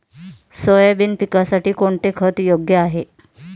Soybean पिकासाठी कोणते खत योग्य आहे?